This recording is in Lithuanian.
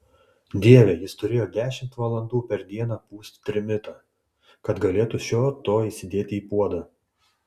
dieve jis turėjo dešimt valandų per dieną pūst trimitą kad galėtų šio to įsidėti į puodą